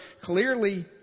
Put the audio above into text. clearly